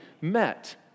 met